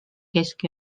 kesk